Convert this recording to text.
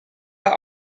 but